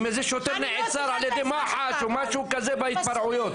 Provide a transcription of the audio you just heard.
אם שוטר נעצר על ידי מח"ש או משהו כזה בהתפרעויות.